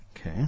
Okay